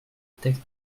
texte